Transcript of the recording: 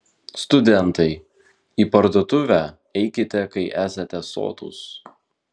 studentai į parduotuvę eikite kai esate sotūs